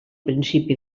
principi